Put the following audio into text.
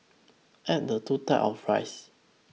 add the two types of rice